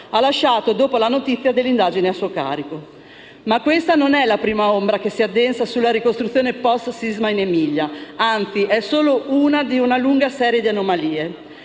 ha lasciato dopo la notizia dell'indagine a suo carico. Ma questa non è la prima ombra che si addensa sulla ricostruzione post sisma in Emilia. Anzi, è solo l'ultima di una lunga serie di anomalie.